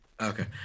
Okay